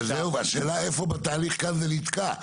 השאלה איפה בתהליך כאן זה נתקע?